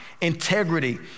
integrity